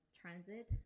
transit